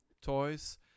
toys